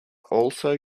also